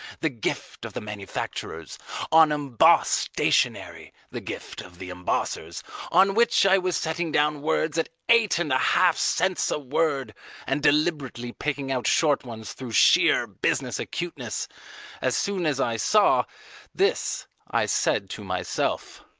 the gift of the manufacturers on embossed stationery, the gift of the embossers on which i was setting down words at eight and a half cents a word and deliberately picking out short ones through sheer business acuteness as soon as i saw this i said to myself